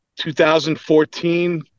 2014